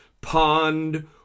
pond